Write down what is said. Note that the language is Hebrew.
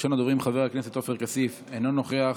ראשון הדוברים, חבר הכנסת עופר כסיף, אינו נוכח,